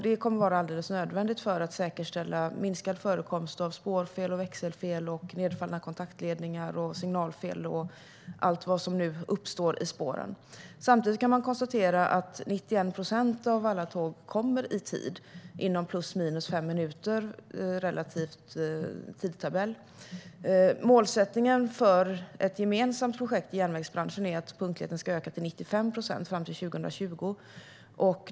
Det kommer att vara alldeles nödvändigt för att säkerställa minskad förekomst av spårfel, växelfel, nedfallna kontaktledningar, signalfel och allt vad som nu uppstår i spåren. Samtidigt kan man konstatera att 91 procent av alla tåg kommer i tid inom plus minus fem minuter relativt tidtabell. Målsättningen för ett gemensamt projekt i järnvägsbranschen är att punktligheten ska öka till 95 procent fram till 2020.